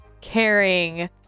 caring